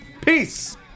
peace